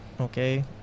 okay